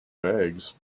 bags